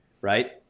right